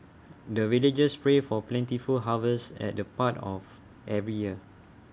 the villagers pray for plentiful harvest at the part of every year